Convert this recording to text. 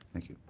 thank you.